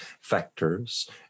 factors